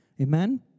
Amen